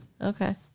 Okay